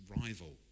rival